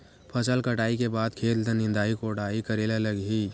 फसल कटाई के बाद खेत ल निंदाई कोडाई करेला लगही?